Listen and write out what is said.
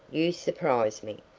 you surprise me.